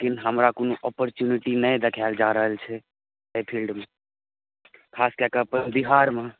लेकिन हमरा कोनो अपॉरचुनिटी नहि देखाएल जा रहल छै एहि फील्डमे खास कऽ कऽ अपन बिहारमे